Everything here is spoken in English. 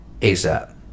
ASAP